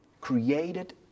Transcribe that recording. created